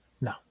No